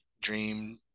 dream